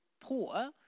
poor